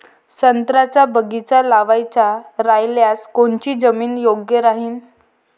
संत्र्याचा बगीचा लावायचा रायल्यास कोनची जमीन योग्य राहीन?